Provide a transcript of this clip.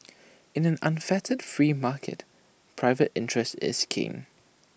in an unfettered free market private interest is king